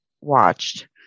watched